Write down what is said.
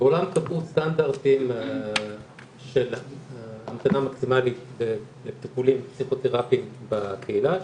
בעולם קבעו סטנדרטים של המתנה מקסימלית לטיפולים פסיכותרפיים בקהילה,